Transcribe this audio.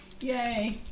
Yay